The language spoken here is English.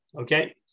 okay